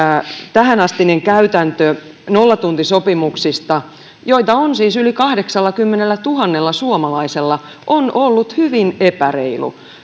tähänastinen käytäntö nollatuntisopimuksista joita on siis yli kahdeksallakymmenellätuhannella suomalaisella on ollut hyvin epäreilu